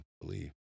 believe